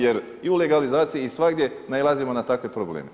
Jer i u legalizaciji i svagdje nailazimo na takve probleme.